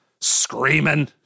screaming